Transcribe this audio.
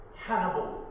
Hannibal